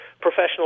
professional